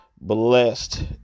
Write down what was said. blessed